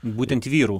būtent vyrų